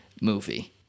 movie